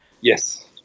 Yes